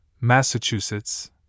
Massachusetts